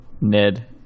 Ned